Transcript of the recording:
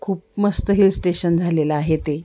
खूप मस्त हिलस्टेशन झालेलं आहे ते